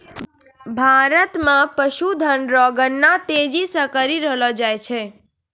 भारत मे पशुधन रो गणना तेजी से करी रहलो जाय छै